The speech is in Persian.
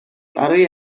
برای